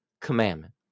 commandment